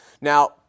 Now